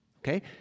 Okay